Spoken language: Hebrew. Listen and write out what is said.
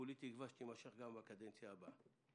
שכולי תקווה שתימשך גם בקדנציה הבאה.